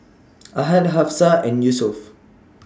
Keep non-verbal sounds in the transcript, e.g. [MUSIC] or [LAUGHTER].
[NOISE] Ahad Hafsa and Yusuf